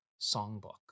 songbook